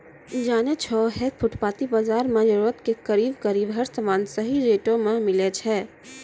जानै छौ है फुटपाती बाजार मॅ जरूरत के करीब करीब हर सामान सही रेटो मॅ मिलै छै